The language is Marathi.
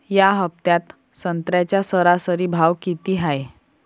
या हफ्त्यात संत्र्याचा सरासरी भाव किती हाये?